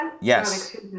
Yes